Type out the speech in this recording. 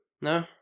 No